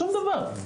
שום דבר.